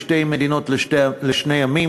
בשתי מדינות לשני עמים.